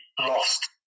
lost